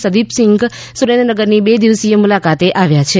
સદીપસિંઘ સુરેન્દ્રનગરની બે દીવસીય મુલાકાતે આવ્યા છે